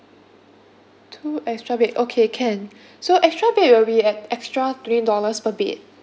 two extra bed okay can so extra bed it'll be an extra three dollars per bed